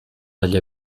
dagli